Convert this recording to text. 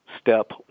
step